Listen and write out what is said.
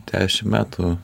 dešim metų